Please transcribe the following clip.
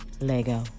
lego